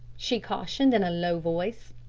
she cautioned in a low voice.